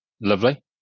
lovely